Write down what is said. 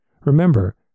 Remember